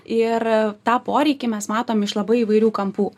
ir tą poreikį mes matom iš labai įvairių kampų